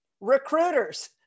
Recruiters